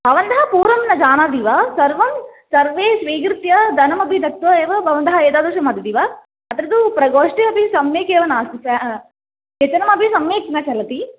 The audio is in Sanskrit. भवन्तः पूर्वं न जानाति वा सर्वं सर्वे स्वीकृत्य धनमपि दत्वा एव भवन्तः एतादृशं वदति वा अत्र तु प्रकोष्ठे अपि सम्यक् एव नास्ति व्यजनमपि सम्यक् न चलति